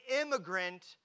immigrant